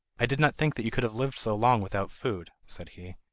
i did not think that you could have lived so long without food said he,